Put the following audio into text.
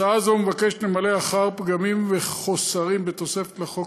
הצעה זו מבקשת למלא פגמים וחסרים בתוספת לחוק